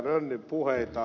rönnin puheita